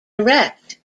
direct